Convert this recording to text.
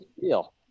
deal